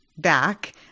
Back